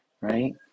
right